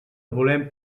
volem